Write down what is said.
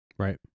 Right